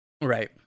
Right